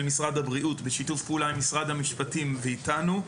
משרד הבריאות בשיתוף פעולה עם משרד המשפטים ואתנו,